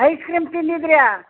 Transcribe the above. ice cream ತಿಂದಿದ್ರಾ